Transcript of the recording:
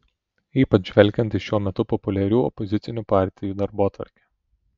ypač žvelgiant į šiuo metu populiarių opozicinių partijų darbotvarkę